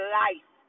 life